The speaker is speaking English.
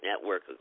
Network